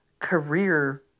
career